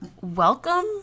welcome